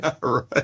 right